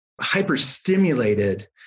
hyper-stimulated